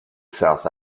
south